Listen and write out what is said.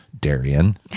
Darian